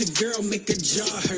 girl mick